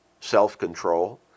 self-control